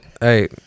Hey